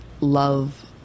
love